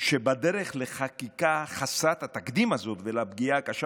שבדרך לחקיקה חסרת התקדים הזאת ולפגיעה קשה